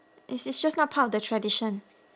it's it's just not part of the tradition